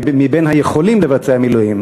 בין היכולים לבצע מילואים?